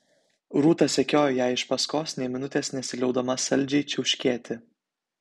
rūta sekiojo jai iš paskos nė minutės nesiliaudama saldžiai čiauškėti